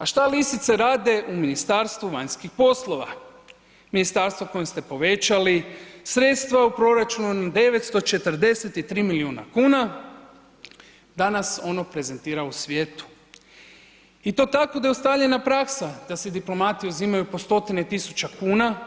A šta lisice rade u Ministarstvu vanjskih poslova, ministarstvo kojem ste povećali sredstva u proračunu 943 milijuna kuna, danas ono prezentira u svijetu i to tako da je ustaljena praksa da si diplomati uzimaju po stotine tisuća kuna